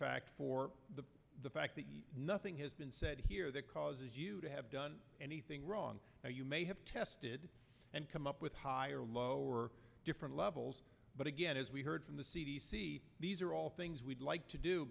fact for the fact that nothing has been said here that causes you to have done anything wrong you may have tested and come up with higher or lower different levels but again as we heard from the c d c these are all things we'd like to do